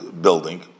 building